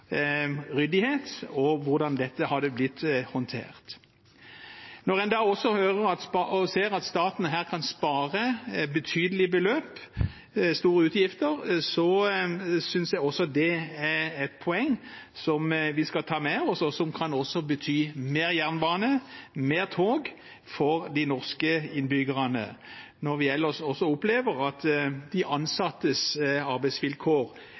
ryddighet og om hvordan dette har blitt håndtert. Når en også hører og ser at staten her kan spare betydelige beløp, store utgifter, synes jeg dette er et poeng som vi skal ta med oss, og som også kan bety mer jernbane, flere tog, for de norske innbyggerne – når vi ellers også opplever at de ansattes arbeidsvilkår